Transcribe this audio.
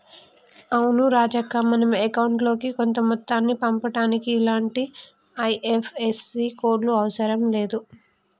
అవును రాజక్క మనం అకౌంట్ లోకి కొంత మొత్తాన్ని పంపుటానికి ఇలాంటి ఐ.ఎఫ్.ఎస్.సి కోడ్లు అవసరం లేదు